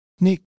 Nick